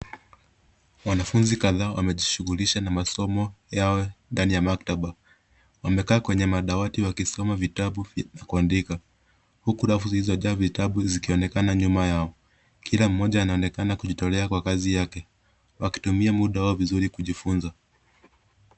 Wanafuzi kadhaa wamejishughulisha na masomo yao ndani ya maktaba. Wamekaa kwenye madawati wakisoma vitabu vya kuandika uku rafu zilizojaa vitabu zikionekana nyuma yao. Kila mmoja anaonekana kujitolea kwa kazi yake, wakitumia muda wao vizuri kujifuza.